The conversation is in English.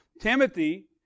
Timothy